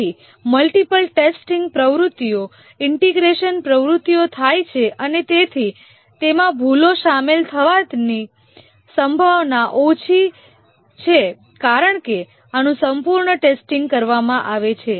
તેથી multiple testing પ્રવૃત્તિઓ integration પ્રવૃત્તિઓ થાય છે અને તેથી તેમાં ભૂલો શામેલ થવાની સંભાવના ઓછી છે કારણ કે આનું સંપૂર્ણ ટેસ્ટિંગ કરવામાં આવે છે